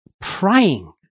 praying